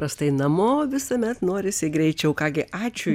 tas tai namo visuomet norisi greičiau ką gi ačiū